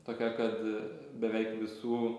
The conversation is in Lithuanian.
tokia kad beveik visų